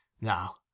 Now